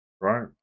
right